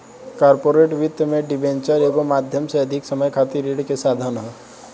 corporate वित्त में debenture एगो माध्यम से अधिक समय खातिर ऋण के साधन ह